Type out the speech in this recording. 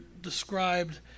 described